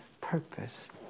purpose